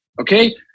Okay